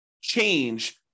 change